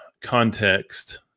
context